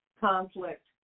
conflict